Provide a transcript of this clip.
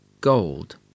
gold